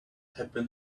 happen